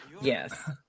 Yes